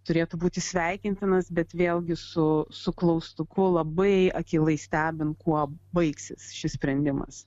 turėtų būti sveikintinas bet vėlgi su su klaustuku labai akylai stebint kuo baigsis šis sprendimas